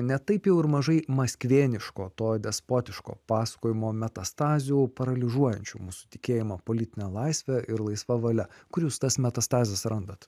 ne taip jau ir mažai maskvėniško to despotiško pasakojimo metastazių paralyžuojančių mūsų tikėjimo politinę laisvę ir laisva valia kur jūs tas metastazes randat